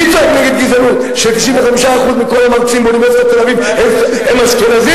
מי צועק נגד גזענות ש-95% מכל המרצים באוניברסיטת תל-אביב הם אשכנזים?